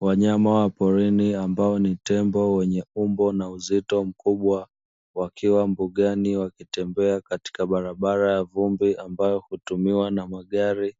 Wnyama wa porini ambao ni tembo wenye umbo la uzito mkubwa wakiwa mbugani wakitembea katika barabara ya vumbi, ambayo hutumiwa na magari